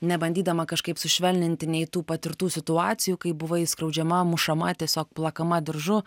nebandydama kažkaip sušvelninti nei tų patirtų situacijų kai buvai skriaudžiama mušama tiesiog plakama diržu